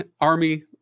Army